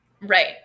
Right